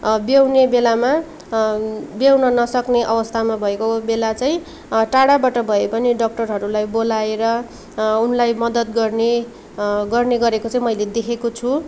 ब्याउने बेलामा ब्याउन नसक्ने अवस्थामा भएको बेला चाहिँ टाढाबाट भए पनि डाक्टरहरूलाई बोलाएर उनलाई मदत गर्ने गर्ने गरेको चाहिँ मैले देखेको छु